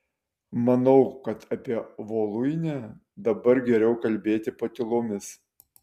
manau kad apie voluinę dabar geriau kalbėti patylomis